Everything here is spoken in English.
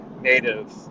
Native